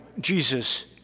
Jesus